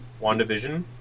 WandaVision